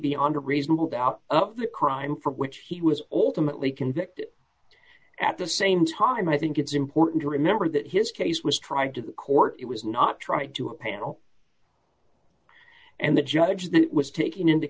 beyond a reasonable doubt of the crime for which he was also mentally convicted at the same time i think it's important to remember that his case was tried to the court it was not tried to a panel and the judge that was taking into